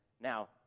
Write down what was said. now